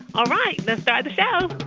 all right. let's start the show